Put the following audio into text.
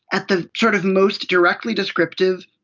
at the sort of most directly descriptive!